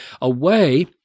away